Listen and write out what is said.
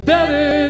Better